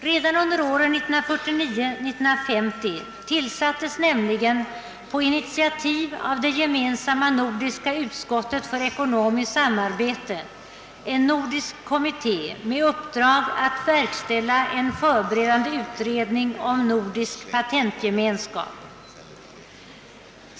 Redan under år 1949/50 tillsattes nämligen på initiativ av det gemensamma nordiska utskottet för ekonomiskt samarbete en nordisk kommitté med uppdrag att verkställa en förberedande utredning om nordisk patentgemenskap.